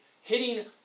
Hitting